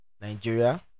nigeria